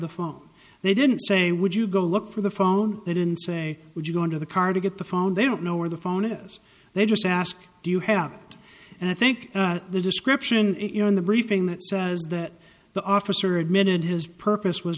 the phone they didn't say would you go look for the phone they didn't say would you go into the car to get the phone they don't know where the phone is they just ask do you have it and i think the description in the briefing that says that the officer admitted his purpose was